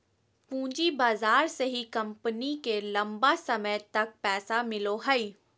पूँजी बाजार से ही कम्पनी के लम्बा समय तक पैसा मिलो हइ